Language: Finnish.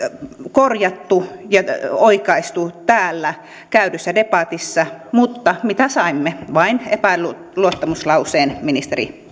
korjattu ja oikaistu täällä käydyssä debatissa mutta mitä saimme vain epäluottamuslauseen ministeri